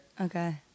Okay